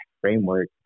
framework